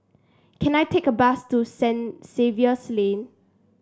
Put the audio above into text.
can I take a bus to Saint Xavier's Lane